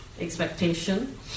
expectation